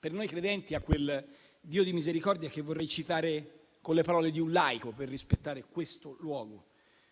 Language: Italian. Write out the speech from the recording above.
per noi credenti a quel Dio di misericordia che vorrei citare con le parole di un laico per rispettare questo luogo.